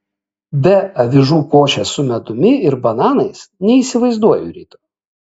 be avižų košės su medumi ir bananais neįsivaizduoju ryto